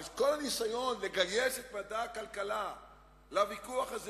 אבל כל הניסיון לגייס את מדע הכלכלה לוויכוח הזה,